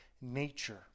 nature